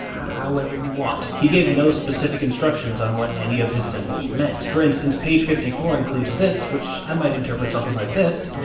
however you want. he gave no specific instructions on what any of his symbols meant. for instance, page fifty four includes this, which i might interpret something like this